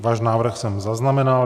Váš návrh jsem zaznamenal.